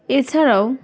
এছাড়াও